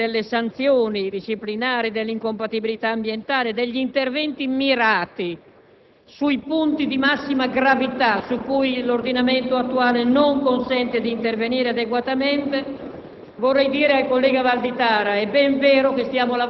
Sui temi importanti delle procedure, delle sanzioni disciplinari, dell'incompatibilità ambientale e degli interventi mirati, in sostanza in merito ai punti di massima gravità su cui l'ordinamento attuale non consente di intervenire adeguatamente,